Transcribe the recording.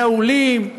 מעולים,